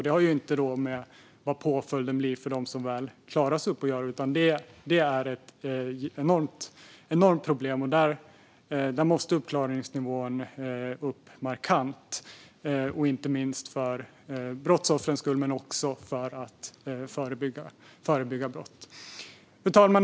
Det har inte att göra med vad påföljden blir för de brott som väl klaras upp, utan det är ett enormt problem. Uppklaringsnivån måste upp markant, inte minst för brottsoffrens skull men också för att förebygga brott. Fru talman!